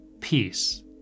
peace